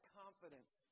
confidence